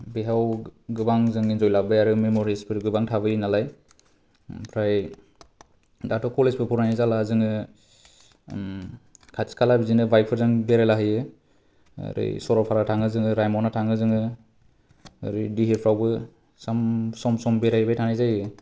बेयाव गोबां जों इन्जय लाबोबाय आरो मेमरिसफोर गोबां थाबोयो नालाय ओमफ्राय दाथ' कलेजबो फरायनाय जाला जोङो खाथि खाला बिदिनो बाइकफोरजों बेरायलाहैयो ओरै सरलपारा थाङो जोङो रायमना थाङो जोङो ओरै दिहेफ्रावबो साम सम सम बेरायहैबाय थानाय जायो